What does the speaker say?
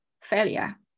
failure